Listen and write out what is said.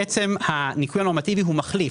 הניכוי הנורמטיבי הוא מחליף,